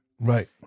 Right